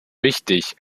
wichtig